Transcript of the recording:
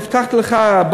הבטחתי לך,